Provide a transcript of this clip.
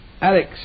Alex